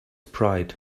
pride